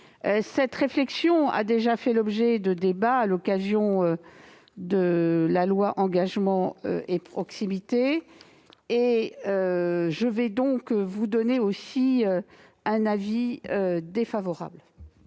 Cette réflexion a déjà fait l'objet de débats à l'occasion de la loi Engagement et proximité. Par conséquent, j'émets un avis défavorable